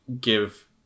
Give